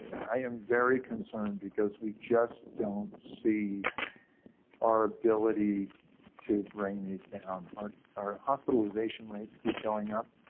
i am very concerned, because we just don't see our ability to bring these down. our our hospitalization rates keep going up,